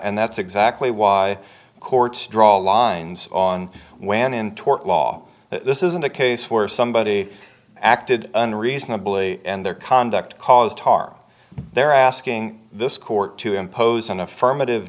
and that's exactly why courts draw lines on when in tort law this isn't a case where somebody acted unreasonably and their conduct caused harm they're asking this court to impose an affirmative